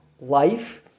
life